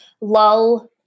lull